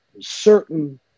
certain